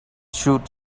should